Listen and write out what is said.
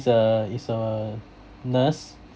is a is a nurse